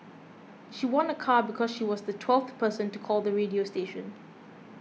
she won a car because she was the twelfth person to call the radio station